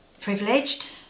Privileged